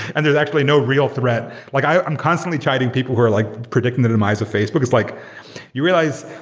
and there's actually no real threat. like i am constantly chiding people who are like predicting the demise of facebook. it's like you realize,